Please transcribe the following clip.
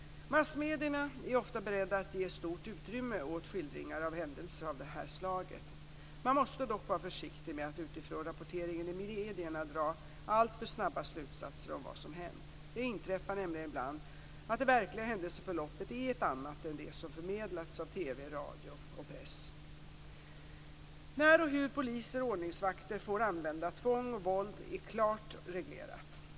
Massmedierna är ofta beredda att ge stort utrymme åt skildringar av händelser av detta slag. Man måste dock vara försiktig med att utifrån rapporteringen i medierna dra alltför snabba slutsatser om vad som hänt. Det inträffar nämligen ibland att det verkliga händelseförloppet är ett annat än det som förmedlats av TV, radio och press. När och hur poliser och ordningsvakter får använda tvång och våld är klart reglerat.